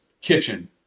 kitchen